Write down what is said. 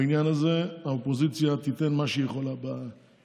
בעניין הזה האופוזיציה תיתן מה שהיא יכולה בעניין,